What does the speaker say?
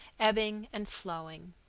ebbing and flowing.